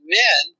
men